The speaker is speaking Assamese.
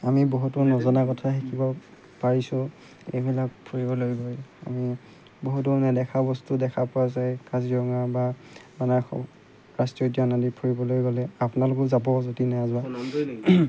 আমি বহুতো নজনা কথা শিকিব পাৰিছোঁ এইবিলাক ফুৰিবলৈ গৈ আমি বহুতো নেদেখা বস্তু দেখা পোৱা যায় কাজিৰঙা বা মানাহ ৰাষ্ট্ৰীয় উদ্যানলৈ ফুৰিবলৈ গ'লে আপোনালোকো যাব যদি নাই যোৱা